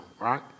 right